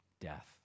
death